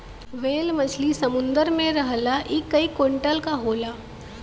whale मछरी समुंदर में रहला इ कई कुंटल क होला